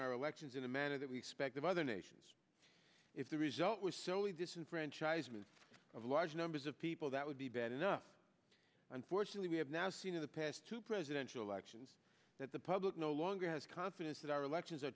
elections in a manner that we expect of other nations if the result was solely disenfranchisement of large numbers of people that would be bad enough unfortunately we have now seen in the past two presidential elections that the public no longer has confidence that our elections are